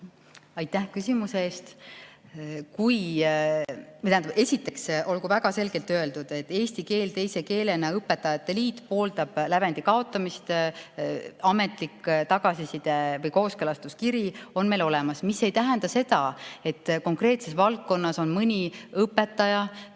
Aitäh küsimuse eest! Esiteks olgu väga selgelt öeldud, et Eesti Keele kui Teise Keele Õpetajate Liit pooldab lävendi kaotamist. Ametlik tagasiside või kooskõlastuskiri on meil olemas, mis ei tähenda seda, et konkreetses valdkonnas ei oleks